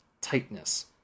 tightness